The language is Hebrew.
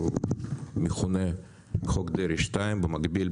שמכונה "חוק דרעי 2" ובמקביל,